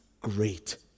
great